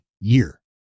year